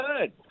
Good